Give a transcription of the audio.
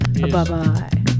Bye-bye